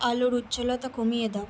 আলোর উজ্জ্বলতা কমিয়ে দাও